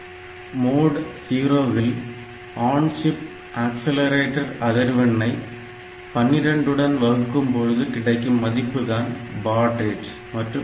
mode 0 இல் on chip oscillator அதிர்வெண் ஐ 12 உடன் வகுக்கும் போது கிடைக்கும் மதிப்புதான் பாட் ரேட் மற்றும் கிளாக்